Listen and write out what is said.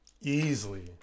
Easily